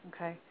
Okay